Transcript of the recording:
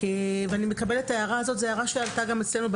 אני מקבלת את ההערה הזו; היא עלתה גם אצלנו,